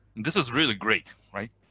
this is really great, right?